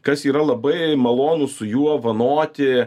kas yra labai malonu su juo vanoti